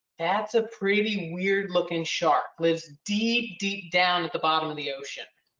that's a pretty weird looking shark. lives deep, deep down at the bottom of the ocean.